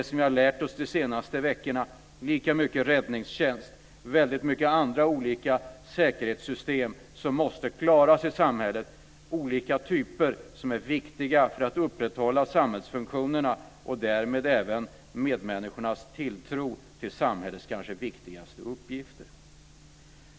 Som vi har lärt oss de senaste veckorna handlar det lika mycket om räddningstjänst och om många andra olika säkerhetssystem som måste klaras i samhället. Det gäller olika typer som är viktiga för att man ska kunna upprätthålla samhällsfunktionerna och därmed även medmänniskornas tilltro till samhällets kanske viktigaste uppgifter.